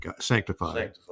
sanctified